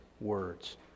words